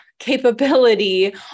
Capability